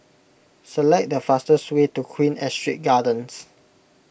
Select the fastest way to Queen Astrid Gardens